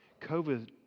COVID